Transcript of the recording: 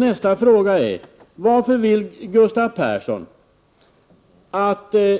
Nästa fråga är: Varför vill inte Gustav Persson att en